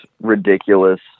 ridiculous